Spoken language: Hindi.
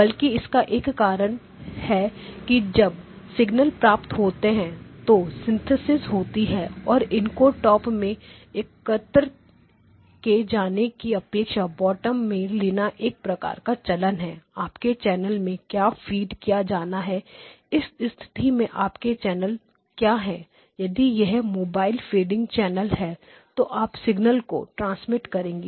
बल्कि इसका एक कारण है कि जब सिग्नल प्राप्त होते हैं तो सिंथेसिस होती है और इनको टॉप में एकत्र के जाने की अपेक्षा बॉटम में लेना एक प्रकार का चलन है आपके चैनल में क्या फीड किया जाना है इस स्थिति में आपका चैनल क्या है यदि यह मोबाइल फेडिंग चैनल है तो आप सिग्नल को ट्रांसमिट करेंगे